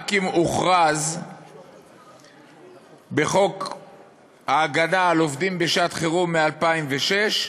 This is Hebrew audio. רק אם הוכרז בחוק ההגנה על עובדים בשעת-חירום מ-2006,